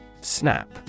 Snap